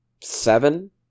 seven